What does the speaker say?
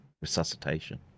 resuscitation